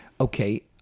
Okay